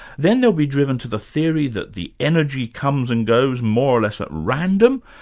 then they'll be driven to the theory that the energy comes and goes more or less at random.